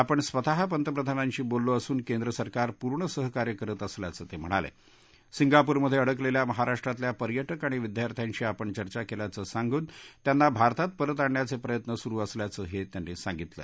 आपण स्वतः पंतप्रधानांशी बोललो असून केंद्र सरकार पूर्ण सहकार्य करत असल्याचं तक्रिणालक्ष सिंगापूरमध्यक्रिडकलल्या महाराष्ट्रातल्या पर्यटक आणि विद्यार्थ्याशी आपण चर्चा कल्याचं सांगून त्यांना भारतात परत आणण्याचप्रियत्न सुरु असल्याचंही त्यांनी सांगितलं